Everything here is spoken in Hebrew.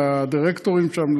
לדירקטורים שם,